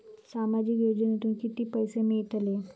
सामाजिक योजनेतून किती पैसे मिळतले?